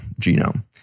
genome